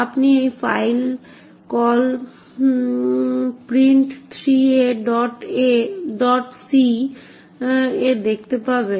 আপনি এটি file call print3ac এ দেখতে পারেন